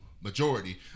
majority